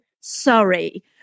sorry